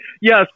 Yes